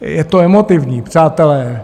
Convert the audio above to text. Je to emotivní, přátelé.